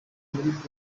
muri